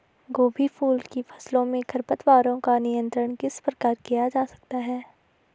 गोभी फूल की फसलों में खरपतवारों का नियंत्रण किस प्रकार किया जा सकता है?